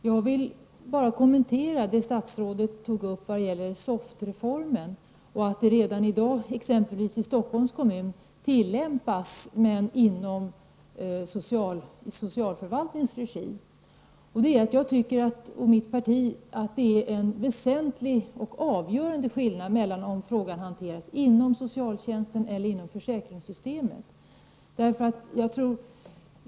Herr talman! Jag vill kommentera det statsrådet sade om SOFT-reformen. Det tillämpas t.ex. i Stockholms kommun inom socialförvaltningens regi. Mitt parti och jag tycker att det är en väsentlig och avgörande skillnad om frågan hanteras inom socialtjänsten eller inom försäkringssystemet.